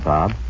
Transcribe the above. Bob